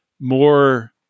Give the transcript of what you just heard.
more